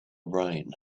brain